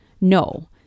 No